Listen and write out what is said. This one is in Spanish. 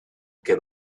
que